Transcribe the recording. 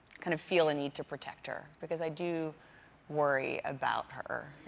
kind of feel a need to protect her, because i do worry about her,